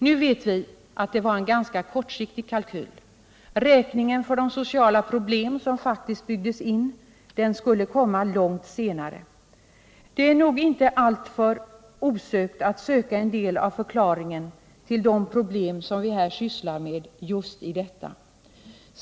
Nu vet vi att det var en ganska kortsiktig kalkyl. Räkningen för de sociala problem som faktiskt byggdes in skulle komma långt senare. Det är nog inte alltför osökt att påstå att en del av förklaringen till de problem vi här sysslar med är just detta.